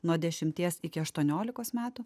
nuo dešimties iki aštuoniolikos metų